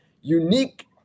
unique